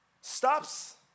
Stops